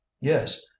yes